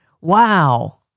wow